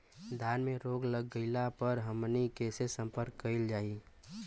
धान में रोग लग गईला पर हमनी के से संपर्क कईल जाई?